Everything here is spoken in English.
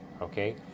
okay